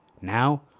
Now